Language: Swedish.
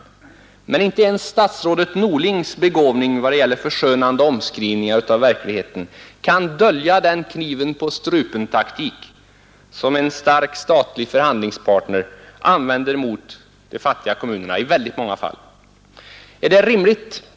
Men inte ens statsrådet Norlings begåvning i vad gäller förskönande omskrivningar av verkligheten kan dölja den kniven-på-strupen-taktik som en stark statlig förhandlingspartner i ett mycket stort antal fall använder mot de fattiga kommunerna.